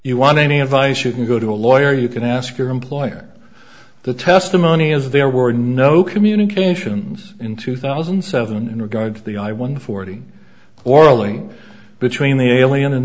you want any advice you can go to a lawyer you can ask your employer the testimony as there were no communications in two thousand and seven in regard to the i one forty or a link between the alien